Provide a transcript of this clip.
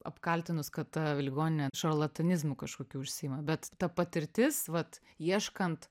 apkaltinus kad ta ligoninė šarlatanizmu kažkokiu užsiima bet ta patirtis vat ieškant